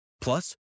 Plus